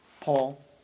Paul